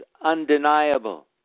undeniable